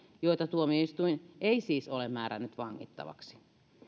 joita tuomioistuin siis ei ole määrännyt vangittavaksi